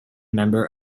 member